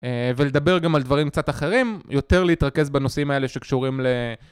ולדבר גם על דברים קצת אחרים, יותר להתרכז בנושאים האלה שקשורים ל...